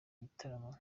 gitaramo